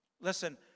listen